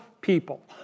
people